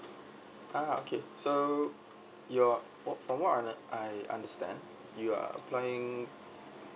uh okay so you're wh~ what I I understand you are applying